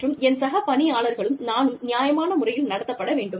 மற்றும் என் சக பணியாளர்களும் நானும் நியாயமான முறையில் நடத்தப்பட வேண்டும்